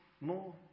more